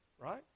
right